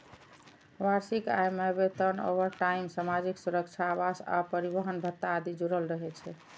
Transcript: वार्षिक आय मे वेतन, ओवरटाइम, सामाजिक सुरक्षा, आवास आ परिवहन भत्ता आदि जुड़ल रहै छै